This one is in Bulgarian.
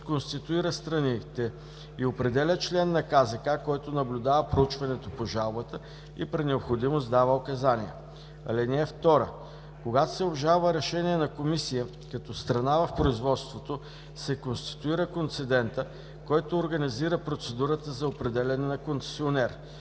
конституира страните и определя член на КЗК, който наблюдава проучването по жалбата и при необходимост дава указания. (2) Когато се обжалва решение на комисия, като страна в производството се конституира концедентът, който организира процедурата за определяне на концесионер.